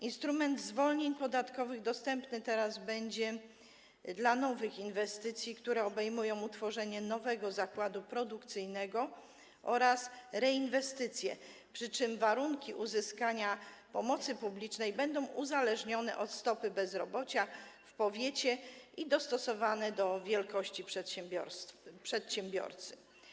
Instrument w formie zwolnień podatkowych dostępny teraz będzie dla nowych inwestycji, które obejmują utworzenie nowego zakładu produkcyjnego oraz reinwestycje, przy czym warunki uzyskania pomocy publicznej będą uzależnione od stopy bezrobocia w powiecie i dostosowane do wielkości przedsiębiorcy.